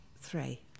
Three